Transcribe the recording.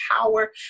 power